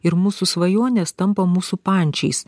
ir mūsų svajonės tampa mūsų pančiais